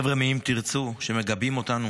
חבר'ה מ"אם תרצו", שמגבים אותנו